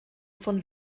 von